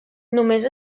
només